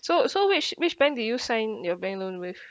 so so which which bank did you sign your bank loan with